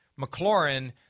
McLaurin